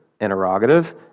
interrogative